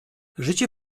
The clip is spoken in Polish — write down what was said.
życie